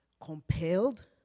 compelled